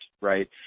right